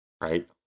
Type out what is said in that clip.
right